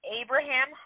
Abraham